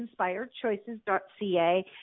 inspiredchoices.ca